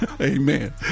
Amen